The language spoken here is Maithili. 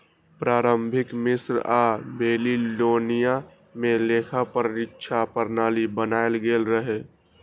प्रारंभिक मिस्र आ बेबीलोनिया मे लेखा परीक्षा प्रणाली बनाएल गेल रहै